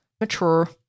mature